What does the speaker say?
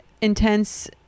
intense